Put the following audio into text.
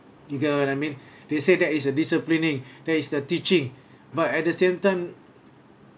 you get what I mean they said that is the disciplining that is the teaching but at the same time